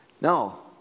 No